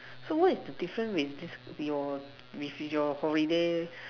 so what is the difference with the are with your with your holiday